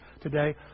today